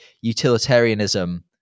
Utilitarianism